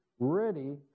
ready